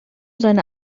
seine